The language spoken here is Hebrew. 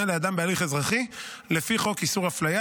לאדם בהליך אזרחי לפי חוק איסור הפליה,